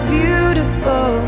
beautiful